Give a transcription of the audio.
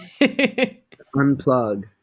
Unplug